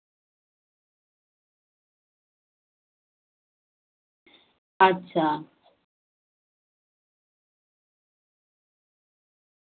अच्छा